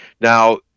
Now